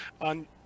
on